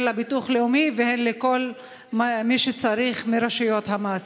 לביטוח הלאומי והן לכל מי שצריך מרשויות המס.